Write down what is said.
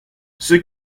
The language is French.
ceux